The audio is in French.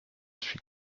suis